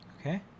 Okay